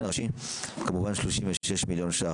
הבניין הראשי כמובן 36 מיליון ש"ח.